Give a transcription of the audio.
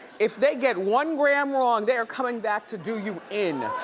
if they get one gram wrong, they are coming back to do you in.